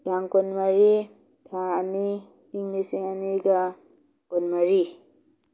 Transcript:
ꯇꯥꯡ ꯀꯨꯟ ꯃꯔꯤ ꯊꯥ ꯑꯅꯤ ꯏꯪ ꯂꯤꯁꯤꯡ ꯑꯅꯤꯒ ꯀꯨꯟ ꯃꯔꯤ